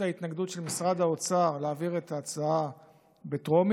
ההתנגדות של משרד האוצר להעביר את ההצעה בטרומית,